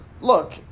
Look